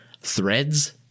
threads